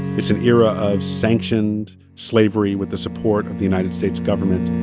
it's an era of sanctioned slavery with the support of the united states government